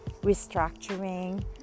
restructuring